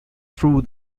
through